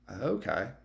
Okay